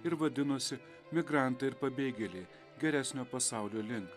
ir vadinosi migrantai ir pabėgėliai geresnio pasaulio link